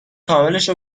کاملش